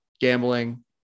gambling